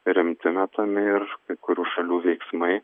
rimti metami ir kai kurių šalių veiksmai